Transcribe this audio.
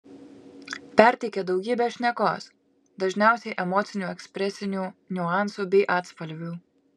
perteikia daugybę šnekos dažniausiai emocinių ekspresinių niuansų bei atspalvių